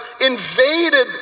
invaded